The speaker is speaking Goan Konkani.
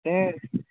तेंच